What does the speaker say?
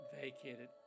vacated